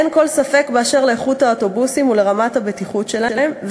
אין כל ספק באשר לאיכות האוטובוסים ולרמת הבטיחות שלהם,